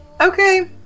okay